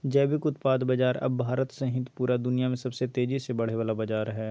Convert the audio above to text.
जैविक उत्पाद बाजार अब भारत सहित पूरा दुनिया में सबसे तेजी से बढ़े वला बाजार हइ